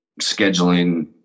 scheduling